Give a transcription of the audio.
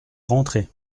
rentré